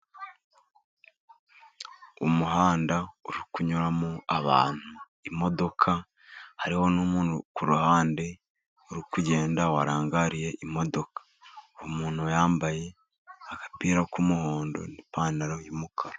Umuhanda uri kunyuramo abantu n'imodoka. Hariho umuntu kuruhande uri kugenda warangariye imodoka. Umuntu yambaye agapira k'umuhondo n'ipantaro y'umukara.